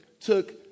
took